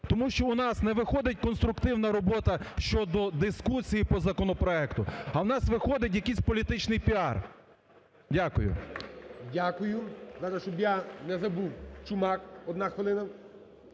Тому що у нас не виходить конструктивна робота щодо дискусії по законопроекту, а у нас виходить якийсь політичний піар. Дякую. ГОЛОВУЮЧИЙ. Дякую. Зараз, щоб я не забув, Чумак, одна хвилина.